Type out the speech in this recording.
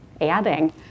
adding